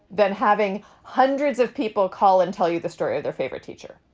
than having hundreds of people call and tell you the story of their favorite teacher